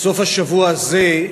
בסוף השבוע הזה